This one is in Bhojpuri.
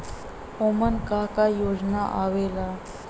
उमन का का योजना आवेला?